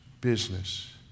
business